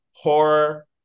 horror